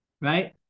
Right